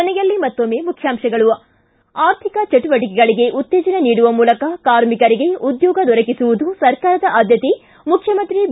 ಕೊನೆಯಲ್ಲಿ ಮತ್ತೊಮ್ಮೆ ಮುಖ್ಯಾಂಶಗಳು ಿ ಆರ್ಥಿಕ ಚಟುವಟಕೆಗಳಿಗೆ ಉತ್ತೇಜನ ನೀಡುವ ಮೂಲಕ ಕಾರ್ಮಿಕರಿಗೆ ಉದ್ನೋಗ ದೊರಕಿಸುವುದು ಸರ್ಕಾರದ ಆದ್ಯತೆ ಮುಖ್ಯಮಂತ್ರಿ ಬಿ